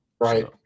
right